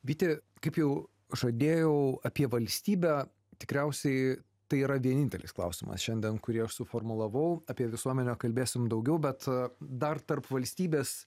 vyti kaip jau žadėjau apie valstybę tikriausiai tai yra vienintelis klausimas šiandien kurį aš suformulavau apie visuomenę kalbėsim daugiau bet dar tarp valstybės